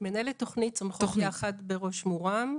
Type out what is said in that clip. מנהלת תוכנית "צומחות יחד בראש מורם",